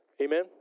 Amen